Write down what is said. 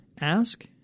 Ask